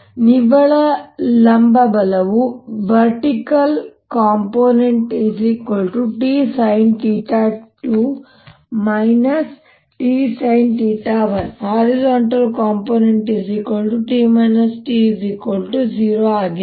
ಆದ್ದರಿಂದ ನಿವ್ವಳ ಲಂಬ ಬಲವು Vertical componentTsin2 Tsin1Horizontal componentT T0 ಆಗಿದೆ